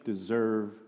deserve